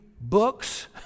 books